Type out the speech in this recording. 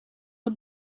het